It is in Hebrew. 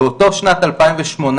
באותה שנת 2018,